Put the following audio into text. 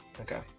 Okay